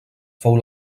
fou